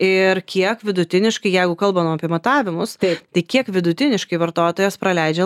ir kiek vidutiniškai jeigu kalbam apie matavimus taip tai kiek vidutiniškai vartotojas praleidžia